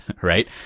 right